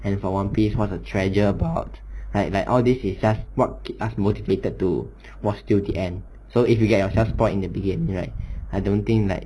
and for one piece what's the treasure about like like all this is just what makes us motivated to watch till the end so if you get yourself spoilt in the beginning right I don't think like